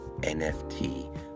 NFT